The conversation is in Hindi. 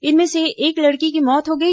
इनमें से एक लड़की की मौत हो गई